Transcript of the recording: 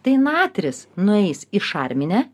tai natris nueis į šarminę